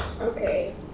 Okay